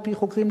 על-פי חוקרים,